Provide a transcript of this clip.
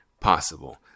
possible